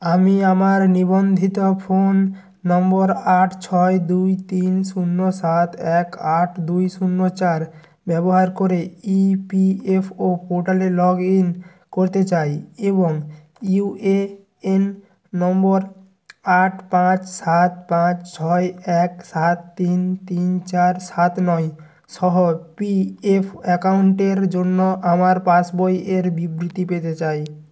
আমি আমার নিবন্ধিত ফোন নম্বর আট ছয় দুই তিন শূন্য সাত এক আট দুই শূন্য চার ব্যবহার করে ইপিএফও পোর্টালে লগ ইন করতে চাই এবং ইউএএন নম্বর আট পাঁচ সাত পাঁচ ছয় এক সাত তিন তিন চার সাত নয় সহ পিএফ অ্যাকাউন্টের জন্য আমার পাস বই এর বিবৃতি পেতে চাই